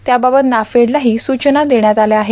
त्याबाबत नाफेडलाही सूचना देण्यात आल्या आहेत